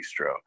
Bistro